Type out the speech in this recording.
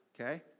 Okay